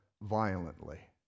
violently